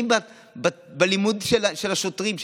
אם בלימוד של השוטרים,